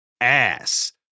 ass